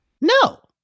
no